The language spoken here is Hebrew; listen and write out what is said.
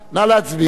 נא להצביע.